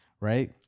right